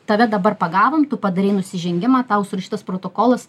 tave dabar pagavom tu padarei nusižengimą tau surašytas protokolas